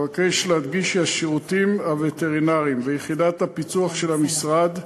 אבקש להדגיש שהשירותים הווטרינריים ויחידת הפיצו"ח של המשרד,